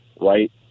right